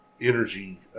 energy